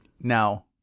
Now